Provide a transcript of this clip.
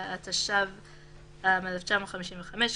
התשט״ו 1955,